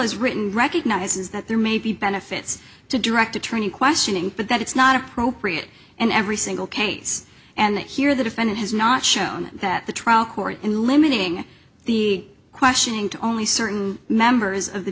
is written recognizes that there may be benefits to direct attorney questioning but that it's not appropriate and every single case and here the defendant has not shown that the trial court in limiting the questioning to only certain members of the